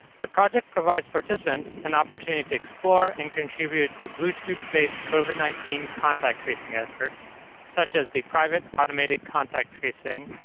the project provides participants an opportunity to explore and contribute to bluetooth-based covid nineteen contact tracing efforts such as the private automated contact tracing,